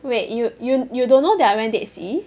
wait you you you don't know that I went dead sea